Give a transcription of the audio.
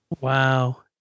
Wow